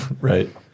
Right